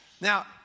Now